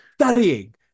studying